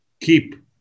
keep